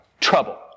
trouble